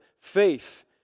faith